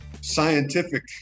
scientific